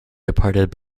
departed